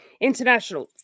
international